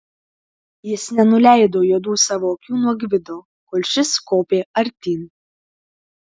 jis nenuleido juodų savo akių nuo gvido kol šis kopė artyn